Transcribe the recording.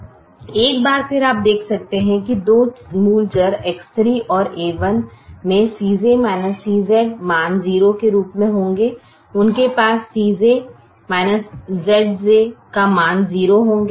एक बार फिर आप देख सकते हैं कि दो मूल चर X3 और a1 में Cj Zj मान 0 के रूप में होंगे उनके पास Cj Zj का मान 0 होंगे